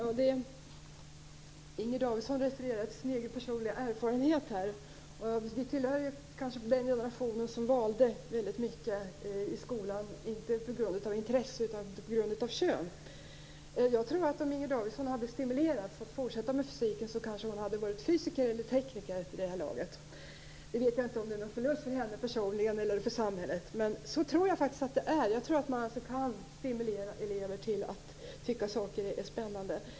Fru talman! Inger Davidson refererar till sin egen personliga erfarenhet. Vi tillhör den generation som i väldigt stor utsträckning valde ämnen i skolan inte på grund av intresse utan på grund av könstillhörighet. Om Inger Davidson hade stimulerats att fortsätta med fysiken hade hon kanske varit fysiker eller tekniker vid det här laget. Jag vet inte om det är någon förlust för henne personligen eller för samhället att det inte blev så, men jag tror att man kan stimulera elever till att tycka att saker är spännande.